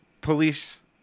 police